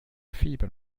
fieber